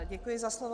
Děkuji za slovo.